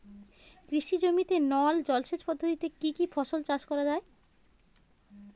কৃষি জমিতে নল জলসেচ পদ্ধতিতে কী কী ফসল চাষ করা য়ায়?